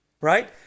right